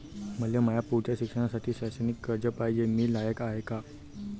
मले माया पुढच्या शिक्षणासाठी शैक्षणिक कर्ज पायजे, मी लायक हाय का?